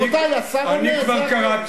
רבותי, השר עונה, זה הכול.